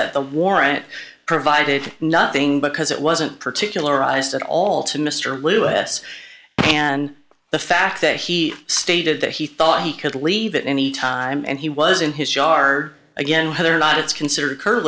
that the warrant provided nothing because it wasn't particular ised at all to mr lewis and the fact that he stated that he thought he could leave it any time and he was in his yard again whether or not it's considered